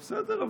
בסדר,